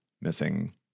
missing